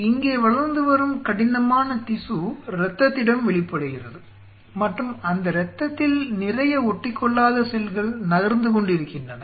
இங்கே வளர்ந்து வரும் கடினமான திசு இரத்தத்திடம் வெளிப்படுகிறது மற்றும் அந்த இரத்தத்தில் நிறைய ஒட்டிக்கொள்ளாத செல்கள் நகர்ந்து கொண்டிருக்கின்றன